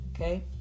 okay